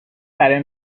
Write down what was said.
برای